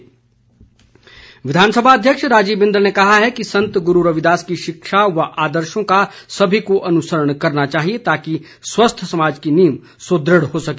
बिंदल विधानसभा अध्यक्ष राजीव बिंदल ने कहा है कि संत गुरू रविदास की शिक्षा व आदर्शों का सभी को अनुसरण करना चाहिए ताकि स्वस्थ समाज की नींव सुदृढ़ हो सके